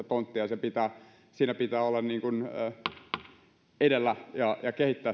tonttia ja siinä pitää olla edellä ja ja kehittää